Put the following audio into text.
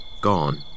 gone